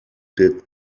did